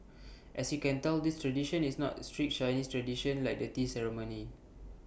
as you can tell this tradition is not A strict Chinese tradition like the tea ceremony